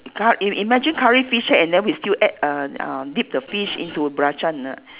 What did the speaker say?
cu~ in~ imagine curry fish head and then we still add uh uh dip the fish into belacan ah